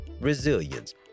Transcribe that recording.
resilience